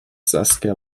saskia